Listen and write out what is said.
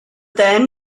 then